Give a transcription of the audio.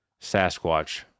Sasquatch